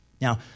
Now